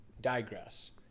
digress